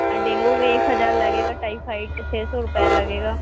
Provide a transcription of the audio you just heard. आ dengue के एक हजार लगेगा टाईफाईड का छः सौ रुपए लगेगा